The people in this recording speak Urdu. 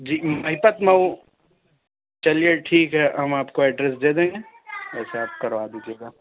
جی مہیپت مئو چلیے ٹھیک ہے ہم آپ کو ایڈریس دے دیں گے اچھا آپ کروا دیجیے گا